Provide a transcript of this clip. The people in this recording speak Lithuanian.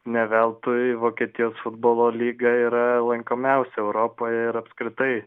ne veltui vokietijos futbolo lyga yra lankomiausia europoje ir apskritai